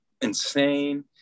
insane